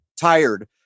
tired